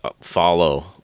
follow